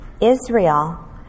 Israel